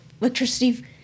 electricity